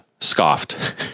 scoffed